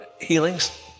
healings